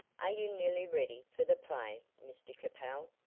are you nearly ready for the play, mr capel?